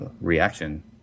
reaction